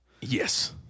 Yes